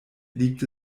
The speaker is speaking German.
liegt